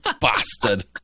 bastard